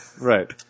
Right